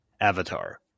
Avatar